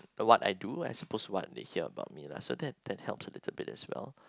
the what I do as opposed to what they hear about me lah so that that helps a little bit as well